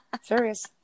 Serious